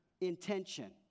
intention